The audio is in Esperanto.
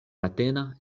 matena